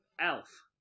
elf